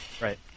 Right